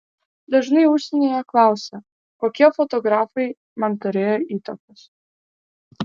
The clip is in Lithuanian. dažnai užsienyje klausia kokie fotografai man turėjo įtakos